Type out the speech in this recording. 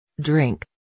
drink